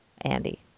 Andy